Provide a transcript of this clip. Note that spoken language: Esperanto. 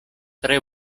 tre